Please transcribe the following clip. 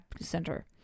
center